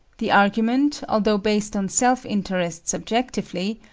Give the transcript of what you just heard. the argument, although based on self-interest subjectively,